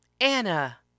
Anna